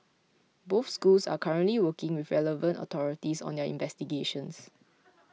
both schools are currently working with relevant authorities on their investigations